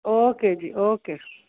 okay ji okay